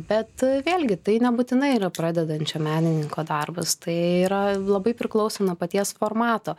bet vėlgi tai nebūtinai yra pradedančio menininko darbas tai yra labai priklauso nuo paties formato